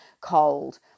cold